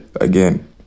again